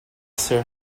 sir